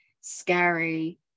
scary